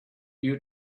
you